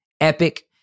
epic